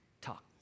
Talk